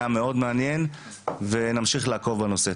היה מאוד מעניין ונמשיך לעקוב בנושא.